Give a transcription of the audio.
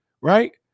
right